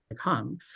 come